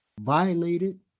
violated